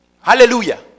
Hallelujah